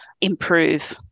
improve